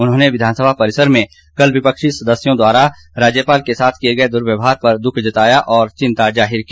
उन्होंने विधानसभा परिसर में कल विपक्षी सदस्यों द्वारा राज्यपाल के साथ किए गए दुर्व्यहार पर दुख जताया और चिंता जाहिर की